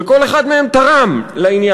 וכל אחד מהם תרם לעניין,